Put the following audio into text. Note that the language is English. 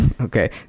Okay